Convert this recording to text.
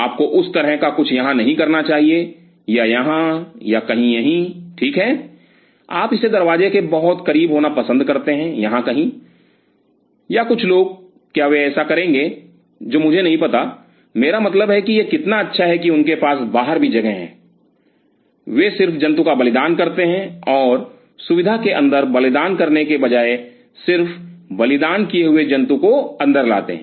आपको उस तरह का कुछ यहाँ नहीं करना चाहिए या यहाँ या कहीं यहीं ठीक है आप इसे दरवाजे के बहुत करीब होना पसंद करते हैं यहाँ कहीं या कुछ लोग क्या वे ऐसा करेंगे जो मुझे नहीं पता मेरा मतलब है कि यह कितना अच्छा है कि उनके पास बाहर भी कुछ है वे सिर्फ जंतु का बलिदान करते हैं और सुविधा के अंदर बलिदान करने के बजाय सिर्फ बलिदान किए हुए जंतु को अंदर लाते हैं